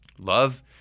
love